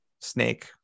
snake